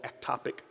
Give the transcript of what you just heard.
ectopic